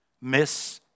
miss